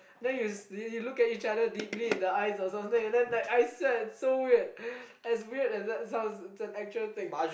then you you you look at each other deeply in the eyes or something and then like I swear it's so weird as weird as that sounds it's an actual thing